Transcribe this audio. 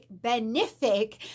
benefic